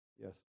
Yes